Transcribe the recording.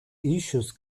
issues